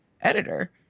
editor